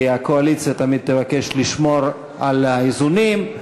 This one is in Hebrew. כי הקואליציה תמיד תבקש לשמור על האיזונים,